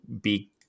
big